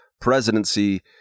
presidency